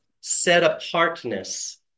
set-apartness